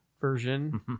version